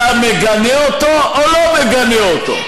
אתה מגנה אותו או לא מגנה אותו?